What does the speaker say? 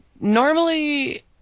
normally